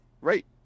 Right